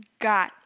god